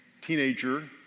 teenager